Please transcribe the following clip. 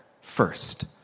first